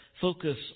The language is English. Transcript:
focus